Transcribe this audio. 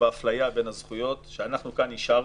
באפליה בין הזכויות שאנחנו כאן אישרנו.